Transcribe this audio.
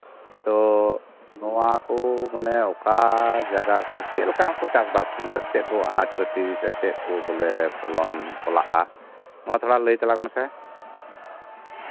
ᱛᱚ ᱱᱚᱶᱟ ᱠᱚ ᱢᱟᱱᱮ ᱚᱠᱟ ᱡᱟᱭᱜᱟ ᱠᱚᱨᱮ ᱪᱮᱫ ᱞᱮᱠᱟᱱᱟᱜ ᱠᱚ ᱪᱟᱥ ᱪᱟᱥᱫᱟ ᱪᱮᱫ ᱠᱟ ᱟᱱᱟᱡᱯᱟᱛᱤ ᱪᱮᱫ ᱠᱚ ᱵᱚᱞᱮ ᱯᱷᱚᱞᱚᱱ ᱯᱷᱚᱞᱟᱜᱼᱟ ᱱᱚᱶᱟ ᱛᱷᱚᱲᱟ ᱞᱟᱹᱭ ᱛᱟᱞᱟᱝ ᱢᱮᱥᱮ